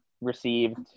received